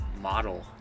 model